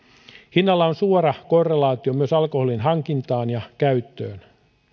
hinnalla on suora korrelaatio myös alkoholin hankintaan ja käyttöön